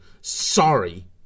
Sorry